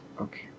Okay